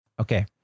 Okay